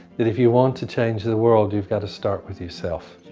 that if you want to change the world, you've got to start with yourself.